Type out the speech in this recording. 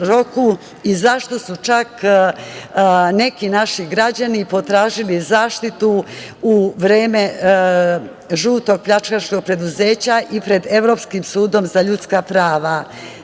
i zašto su čak neki naši građani potražili zaštitu u vreme žutog pljačkaškog preduzeća i pred Evropskim sudom za ljudska